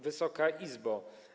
Wysoka Izbo!